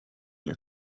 your